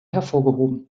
hervorgehoben